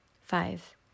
Five